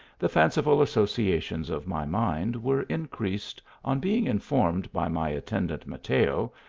the fanciful associations of my mind were increased on being informed by my attendant, mateo,